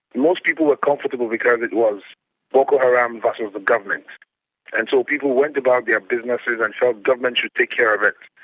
most people were comfortable because it was boko haram versus and but the government and so people went about their businesses and thought government should take care of it.